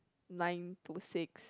nine to six